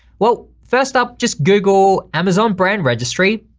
well, first up just google amazon brand registry,